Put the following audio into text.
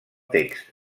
text